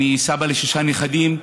אני סב לשישה נכדים,